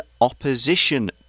opposition